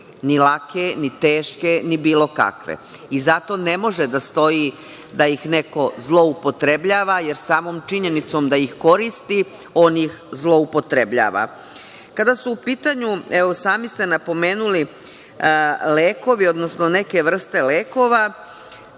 ni lake, ni teške, ni bilo kakve. Zato ne može da stoji da ih neko „zloupotrebljava“ jer samom činjenicom da ih koristi, on ih zloupotrebljava. Kada su u pitanju, sami ste napomenuli, lekovi, odnosno neke vrste lekova,